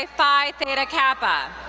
phi theta kappa.